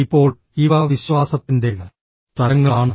ഇപ്പോൾ ഇവ വിശ്വാസത്തിൻറെ തലങ്ങളാണ്